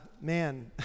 Man